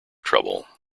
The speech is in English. trouble